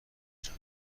جان